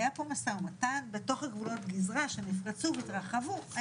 היה פה משא ומתן בתוך גבולות גזרה שנפרצו והתרחבו,